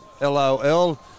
LOL